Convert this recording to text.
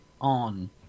on